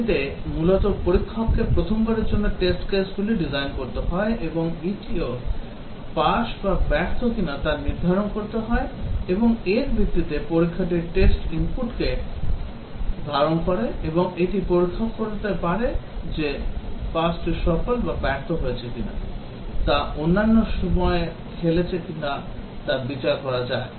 এটিতে মূলত পরীক্ষককে প্রথমবারের জন্য test case গুলি ডিজাইন করতে হয় এবং এটিও পাস বা ব্যর্থ কিনা তাও নির্ধারণ করতে হয় এবং এর ভিত্তিতে পরীক্ষাটি test inputকে ধারণ করে এবং এটি পরীক্ষা করতে পারে যে এই পাসটি সফল বা ব্যর্থ কিনা তা অন্য সময় খেলেছে কিনা তা বিচার করা যায়